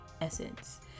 essence